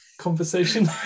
conversation